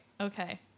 Okay